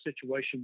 situation